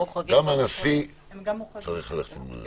גם הנשיא צריך ללכת עם מסכה.